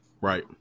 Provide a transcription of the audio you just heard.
Right